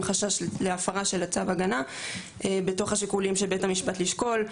חשש להפרה של צו ההגנה בתוך השיקולים של בית המשפט לשקול,